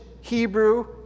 Hebrew